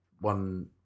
one